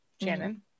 Shannon